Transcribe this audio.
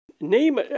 Name